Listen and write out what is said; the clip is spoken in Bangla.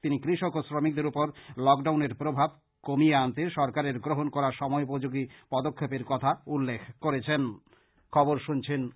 তিনি কৃষক ও শ্রমিকদের উপর লকডাউনের প্রভাব কমিয়ে আনতে সরকারের গ্রহণ করা সময়োপোযোগী পদক্ষেপের কথা উল্লেখ করেন